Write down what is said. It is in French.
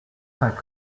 cinq